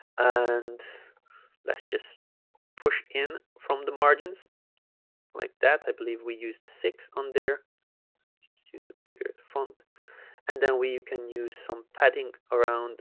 and let's just push in from the margins like that i believe we used six on there let's just use a bigger font and then we you can use some padding around